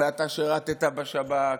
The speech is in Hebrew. ואתה שירת בשב"כ,